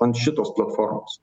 ant šitos platformos